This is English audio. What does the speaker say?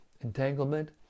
entanglement